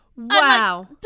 wow